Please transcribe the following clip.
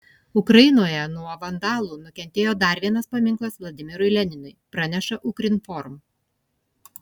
ukrainoje nuo vandalų nukentėjo dar vienas paminklas vladimirui leninui praneša ukrinform